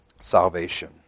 salvation